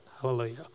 Hallelujah